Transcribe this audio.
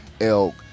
elk